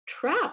trap